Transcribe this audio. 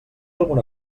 alguna